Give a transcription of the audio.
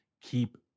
keep